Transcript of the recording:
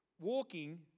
Walking